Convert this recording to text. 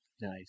nice